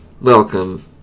welcome